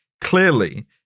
Clearly